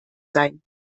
sein